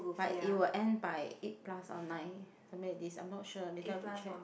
but it will end by eight plus or nine familiar with this I'm not sure later I have to check